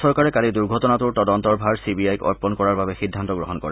ৰাজ্য চৰকাৰে কালি দুৰ্ঘটনাটোৰ তদন্তৰ ভাৰ চি বি আইক অৰ্পণ কৰাৰ বাবে সিদ্ধান্ত গ্ৰহণ কৰে